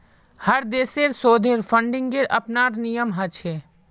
हर देशेर शोधेर फंडिंगेर अपनार नियम ह छे